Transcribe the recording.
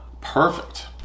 perfect